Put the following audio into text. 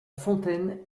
fontaine